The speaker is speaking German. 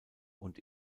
und